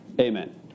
Amen